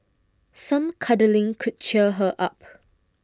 some cuddling could cheer her up